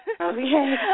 Okay